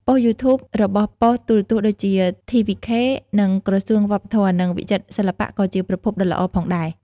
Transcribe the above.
ប៉ុស្តិ៍ YouTube របស់ប៉ុស្តិ៍ទូរទស្សន៍ដូចជា TVK និងក្រសួងវប្បធម៌ និងវិចិត្រសិល្បៈក៏ជាប្រភពដ៏ល្អផងដែរ។